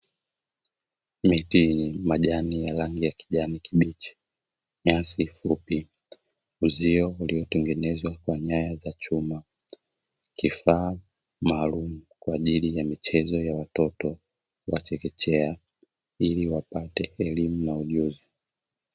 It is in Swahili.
Miti yenye majani ya rangi ya kijani kibichi, nyasi fupi, uzio uliotengenezwa kwa nyaya za chuma, kifaa maalumu kwa ajili ya michezo ya watoto wa chekechea ili wapate elimu na ujuzi.